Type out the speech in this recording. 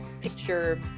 picture